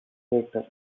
later